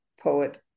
Poet